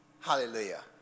Hallelujah